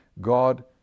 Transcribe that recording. God